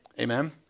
Amen